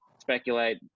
speculate